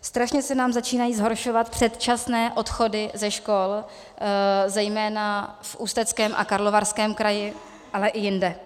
Strašně se nám začínají zhoršovat předčasné odchody ze škol, zejména v Ústeckém a Karlovarském kraji, ale i jinde.